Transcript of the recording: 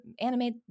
animate